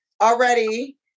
already